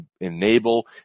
enable